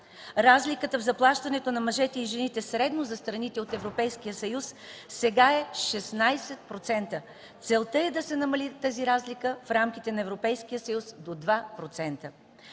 Разликата в заплащането на мъжете и жените средно за страните от Еврейския съюз сега е 16%. Целта е да се намали тази разлика в рамките на